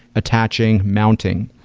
attaching, mounting.